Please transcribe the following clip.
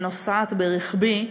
נוסעת ברכבי,